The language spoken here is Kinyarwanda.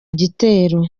gitero